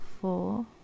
four